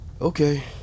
okay